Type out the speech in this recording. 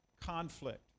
conflict